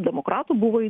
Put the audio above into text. demokratų buvo